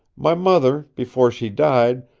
my mother, before she died,